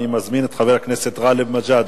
אני מזמין את חבר הכנסת גאלב מג'אדלה,